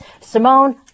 Simone